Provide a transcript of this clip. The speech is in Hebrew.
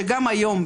שגם היום,